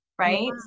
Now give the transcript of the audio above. Right